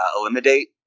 Eliminate